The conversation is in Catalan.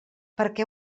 perquè